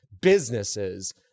businesses